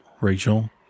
Rachel